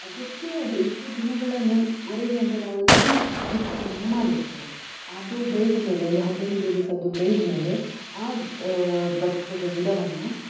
ಅದಕ್ಕೆ ಅದು ಎಷ್ಟು ದಿನಗಳ ನನ್ನ ವರೆಗೆ ಅಂತ ನಾವೊಂದು ಬಿತ್ತನೆಯನ್ನು ಮಾಡಿರ್ತೇವೆ ಅದು ಬೆಳೆದ ಮೇಲೆ ಒಂದು ಹದಿನೈದು ದಿವಸದ್ದು ಬೆಳ್ದ್ಮೇಲೆ ಆ ಭತ್ತದ ಗಿಡವನ್ನು